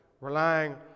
relying